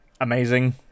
amazing